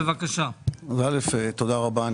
תודה רבה.